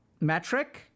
metric